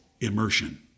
immersion